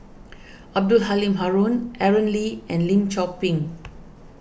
Abdul Halim Haron Aaron Lee and Lim Chor Pee